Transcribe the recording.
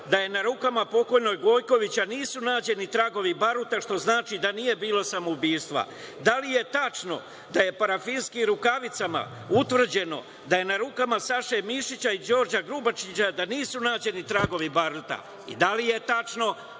da na rukama pokojnog Gojkovića nisu nađeni tragovi baruta, što znači da nije bilo samoubistva? Da li je tačno da je parafinskim rukavicama utvrđeno da na rukama Saše Mišića i Đorđa Grubačića nisu nađeni tragovi baruta? Da li je tačno